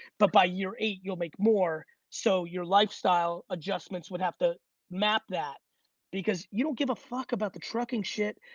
but by year eight you'll make more. so your lifestyle adjustments would have to map that because you don't give a fuck about the trucking shit.